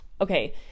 okay